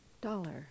Dollar